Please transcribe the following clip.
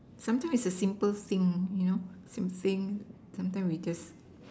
sometimes it's a simple thing you know simple sometimes we just